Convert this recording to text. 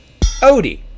Odie